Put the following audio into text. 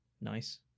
Nice